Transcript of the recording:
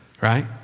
right